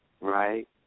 right